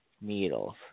needles